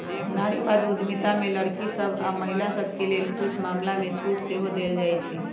नारीवाद उद्यमिता में लइरकि सभ आऽ महिला सभके लेल कुछ मामलामें छूट सेहो देँइ छै